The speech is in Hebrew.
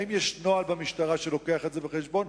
האם יש נוהל במשטרה שמביא את זה בחשבון,